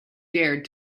dared